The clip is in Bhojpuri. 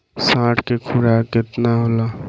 साढ़ के खुराक केतना होला?